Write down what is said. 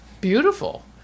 Beautiful